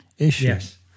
Yes